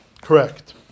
Correct